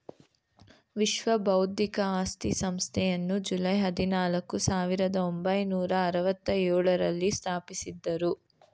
ವಿಶ್ವ ಬೌದ್ಧಿಕ ಆಸ್ತಿ ಸಂಸ್ಥೆಯನ್ನು ಜುಲೈ ಹದಿನಾಲ್ಕು, ಸಾವಿರದ ಒಂಬೈನೂರ ಅರವತ್ತ ಎಳುರಲ್ಲಿ ಸ್ಥಾಪಿಸಿದ್ದರು